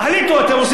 אתם עושים זיגזג,